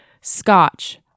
scotch